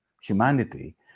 humanity